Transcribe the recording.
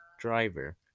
driver